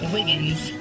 Wiggins